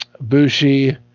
Bushi